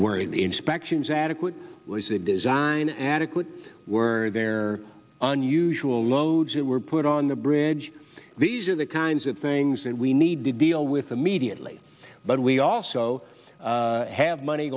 of the inspections adequate was the design adequate were there unusual loads that were put on the bridge these are the kinds of things that we need to deal with immediately but we also have money